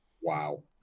Wow